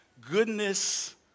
Goodness